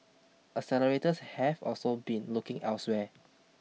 accelerators have also been looking elsewhere